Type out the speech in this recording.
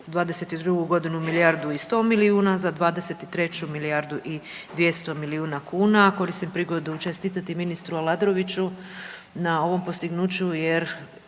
2022.g. milijardu i 100 milijuna, za '23. milijardu i 200 milijuna kuna. Koristim prigodu čestitati ministru Aladroviću na ovom postignuću jer